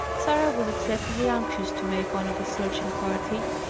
sarah was excessively anxious to make one of the searching party,